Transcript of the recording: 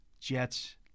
Jets